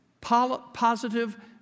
positive